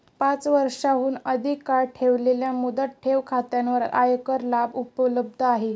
पाच वर्षांहून अधिक काळ ठेवलेल्या मुदत ठेव खात्यांवर आयकर लाभ उपलब्ध आहेत